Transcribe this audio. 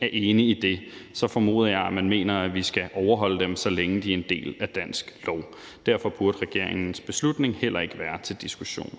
er enig i det, formoder jeg, at man mener, at vi skal overholde dem, så længe de er en del af dansk lov. Derfor burde regeringens beslutning heller ikke være til diskussion.